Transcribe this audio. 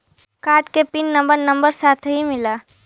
Card के PIN number number साथही मिला?